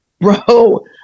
bro